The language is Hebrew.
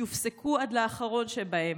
יופסקו עד לאחרון שבהם.